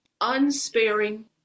unsparing